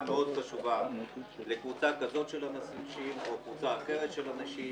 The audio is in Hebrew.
חשובה לקבוצה כזאת של אנשים או לקבוצה אחרת של אנשים,